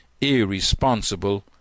irresponsible